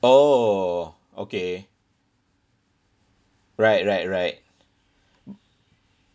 oh okay right right right